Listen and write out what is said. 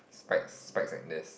spikes spikes like this